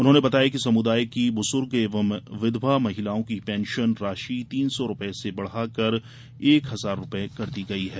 उन्होंने बताया कि समुदाय की बुजुर्ग एवं विधवा महिलाओं की पेंशन राशि तीन सौ रूपए से बढ़ाकर एक हजार रूपए कर दी गई है